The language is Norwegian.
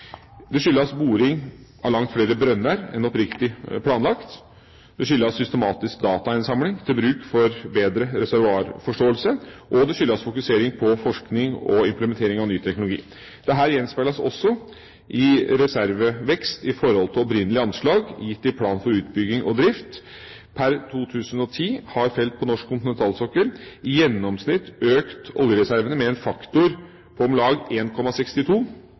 det skyldes boring av langt flere brønner enn opprinnelig planlagt, det skyldes systematisk datainnsamling til bruk for bedre reservoarforståelse, og det skyldes fokusering på forskning og implementering av ny teknologi. Dette gjenspeiles også i reservevekst i forhold til opprinnelige anslag gitt i plan for utbygging og drift – PUD. Per 2010 har felt på norsk kontinentalsokkel i gjennomsnitt økt oljereservene med en faktor på om lag